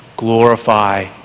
glorify